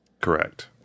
correct